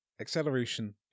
Acceleration